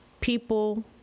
people